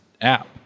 app